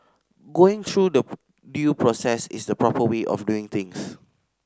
going through the due process is the proper way of doing things